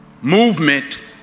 movement